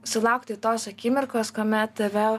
sulaukti tos akimirkos kuomet tave